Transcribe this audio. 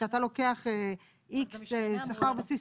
כשאתה לוקח X שכר בסיס.